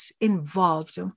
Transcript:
involved